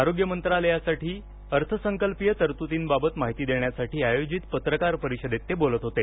आरोग्य मंत्रालयासाठी अर्थसंकल्पीय तरतुदींबाबत माहिती देण्यासाठी आयोजित पत्रकार परिषदेत ते बोलत होते